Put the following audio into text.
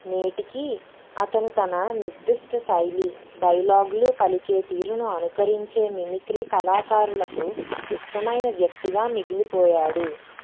నేటికీ అతను తన నిర్దిష్ట శైలి డైలాగ్లు పలికే తీరును అనుకరించే మిమిక్రీ కళాకారులకు ఇష్టమైన వ్యక్తిగా మిగిలిపోయాడు